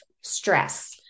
stress